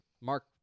Mark